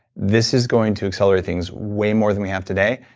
this is going to accelerate things way more than we have today,